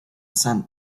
sand